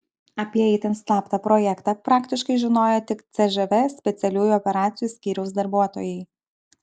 apie itin slaptą projektą praktiškai žinojo tik cžv specialiųjų operacijų skyriaus darbuotojai